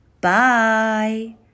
bye